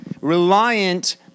reliant